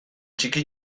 txiki